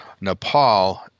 Nepal